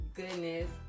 goodness